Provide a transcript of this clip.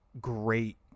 great